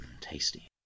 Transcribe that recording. Tasty